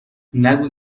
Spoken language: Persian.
نگو